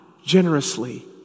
generously